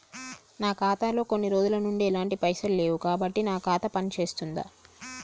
నా ఖాతా లో కొన్ని రోజుల నుంచి ఎలాంటి పైసలు లేవు కాబట్టి నా ఖాతా పని చేస్తుందా?